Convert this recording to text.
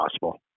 possible